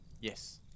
Yes